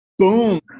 boom